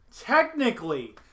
Technically